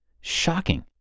Shocking